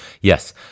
Yes